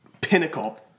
pinnacle